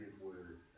word